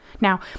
now